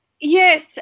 yes